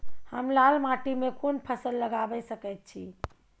हम लाल माटी में कोन फसल लगाबै सकेत छी?